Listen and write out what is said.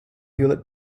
hewlett